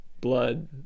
blood